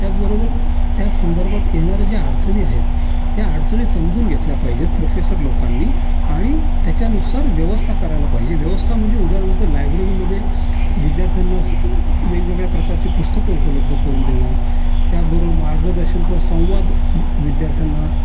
त्याचबरोबर त्या संदर्भात येणाऱ्या ज्या अडचणी आहेत त्या अडचणी समजून घेतल्या पाहिजेत प्रोफेसर लोकांनी आणि त्याच्यानुसार व्यवस्था करायला पाहिजे व्यवस्था म्हणजे उदाहरणार्थ लायब्ररीमध्ये विद्यार्थ्यांना स वेगवेगळ्या प्रकारची पुस्तकं उपलब्ध करून देणं त्याचबरोबर मार्गदर्शनपर संवाद विद्यार्थ्यांना